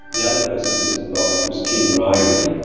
the other person who was involved was kim ryrie.